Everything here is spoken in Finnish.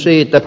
sanoin